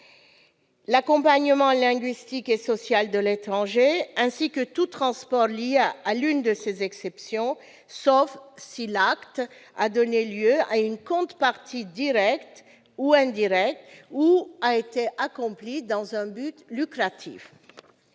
l'accompagnement linguistique et social de l'étranger, ainsi que tout transport lié à l'une de ces exceptions, sauf si l'acte a donné lieu à une contrepartie directe ou indirecte ou a été accompli dans un but lucratif.